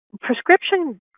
Prescription